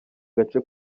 gace